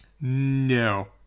No